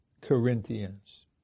Corinthians